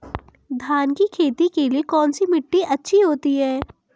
धान की खेती के लिए कौनसी मिट्टी अच्छी होती है?